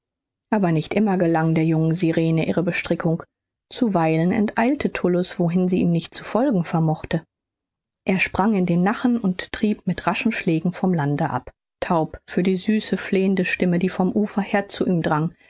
aber nicht immer gelang der jungen sirene ihre bestrickung zuweilen enteilte tullus wohin sie ihm nicht zu folgen vermochte er sprang in den nachen und trieb mit raschen schlägen vom lande ab taub für die süße flehende stimme die vom ufer her zu ihm drang